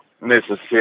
Mississippi